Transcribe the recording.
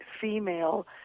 female